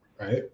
right